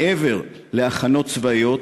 מעבר להכנות צבאיות,